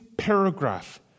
paragraph